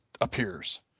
appears